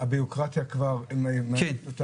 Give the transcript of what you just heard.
-- אנשים שהביורוקרטיה כבר אין להם אמון.